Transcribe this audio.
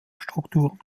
strukturen